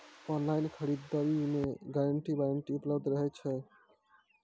Online खरीद दरी मे गारंटी वारंटी उपलब्ध रहे छै?